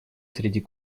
среди